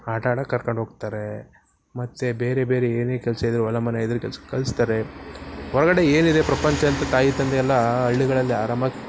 ಆಟ ಆಡೋಕೆ ಕರ್ಕಂಡೋಗ್ತಾರೆ ಮತ್ತು ಬೇರೆ ಬೇರೆ ಏನೇ ಕೆಲಸ ಇದ್ರೂ ಹೊಲ ಮನೆ ಇದ್ರೂ ಕೆಲ್ಸಕ್ಕೆ ಕಳಿಸ್ತಾರೆ ಹೊರಗಡೆ ಏನಿದೆ ಪ್ರಪಂಚ ಅಂತ ತಾಯಿ ತಂದೆ ಎಲ್ಲ ಹಳ್ಳಿಗಳಲ್ಲಿ ಆರಾಮಾಗಿ